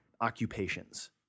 occupations